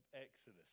Exodus